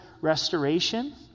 restoration